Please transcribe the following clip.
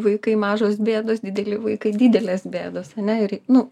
vaikai mažos bėdos dideli vaikai didelės bėdos ane ir nu